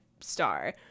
star